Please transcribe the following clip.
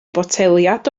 botelaid